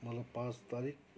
मलाई पाँच तारिक